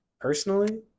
Personally